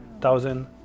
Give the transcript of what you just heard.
thousand